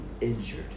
injured